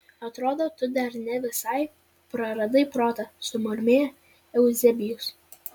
atrodo tu dar ne visai praradai protą sumurmėjo euzebijus